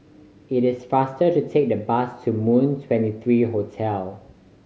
it is faster to take the bus to Moon Twenty three Hotel